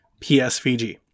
PSVG